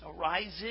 arises